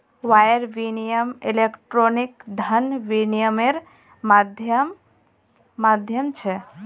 wire विनियम electronic धन विनियम्मेर माध्यम छ